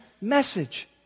message